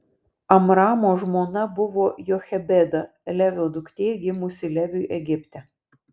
amramo žmona buvo jochebeda levio duktė gimusi leviui egipte